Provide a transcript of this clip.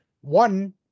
One